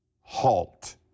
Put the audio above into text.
halt